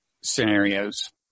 scenarios